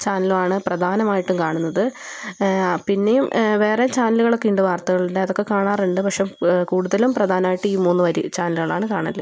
ചാനലും ആണ് പ്രധാനമായിട്ടും കാണുന്നത് ആ പിന്നെയും വേറെ ചാനലുകളൊക്കെയുണ്ട് വാർത്തകളുടെ അതൊക്കെ കാണാറുണ്ട് പക്ഷെ കൂടുതലും പ്രധാനമായിട്ട് ഈ മൂന്ന് വരി ചാനലുകളാണ് കാണല്